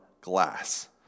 glass